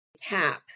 tap